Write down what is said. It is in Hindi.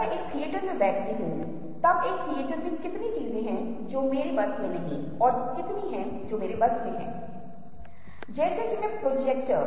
अगर आपको याद हो कि मैंने आपके साथ साझा किया है कि जो चीजें हमारे पास हैं वे बड़े और समान चीजों को देखते हैं जब उन्हें दूरी पर रखा जाता है तो वे छोटे दिखते हैं